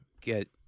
get